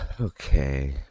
Okay